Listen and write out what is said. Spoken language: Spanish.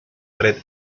red